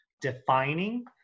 defining